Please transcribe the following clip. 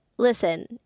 Listen